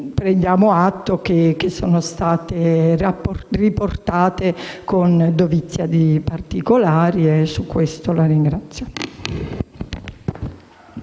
prendiamo atto che sono state riportate con dovizia di particolari, della qual cosa la ringrazio.